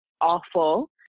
awful